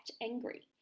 angry